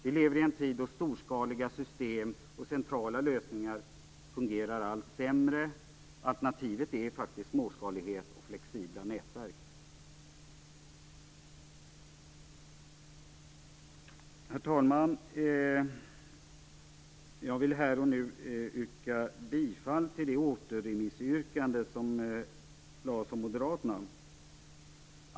Vi lever i en tid då storskaliga system och centrala lösningar fungerar allt sämre. Alternativet är faktiskt småskalighet och flexibla nätverk. Herr talman! Jag vill här och nu yrka bifall till det återremissyrkande som lades fram av moderaterna.